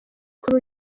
kuri